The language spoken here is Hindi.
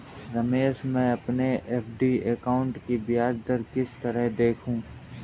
रमेश मैं अपने एफ.डी अकाउंट की ब्याज दर किस तरह देखूं?